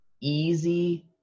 easy